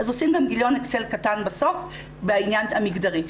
אז עושים גם גיליון אקסל קטן בסוף בעניין המגדרי.